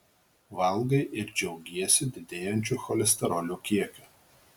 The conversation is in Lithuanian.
valgai ir džiaugiesi didėjančiu cholesterolio kiekiu